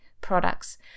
products